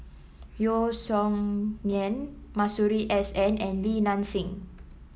Yeo Song Nian Masuri S N and Li Nanxing